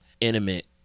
intimate